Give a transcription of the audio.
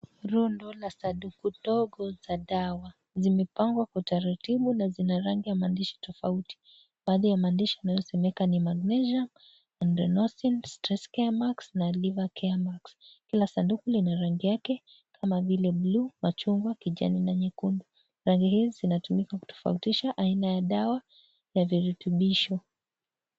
Rundo la sanduku ndogo za dawa. Zimepangwa kwa utaratibu na zina maandishi ya rangi tofauti. Baadhi ya maandishi yanayosomeka ni magnesium, adenosine, stress care marks na liver care marks . Kila sanduku lina rangi yake kama vile buluu, machungwa, kijani na nyekundu. Rangi hizi zinatumika kutofautisha aina ya dawa na virutubisho.